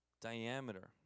diameter